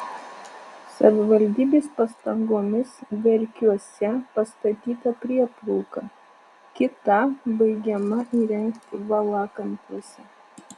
savivaldybės pastangomis verkiuose pastatyta prieplauka kita baigiama įrengti valakampiuose